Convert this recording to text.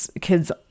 kids